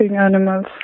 Animals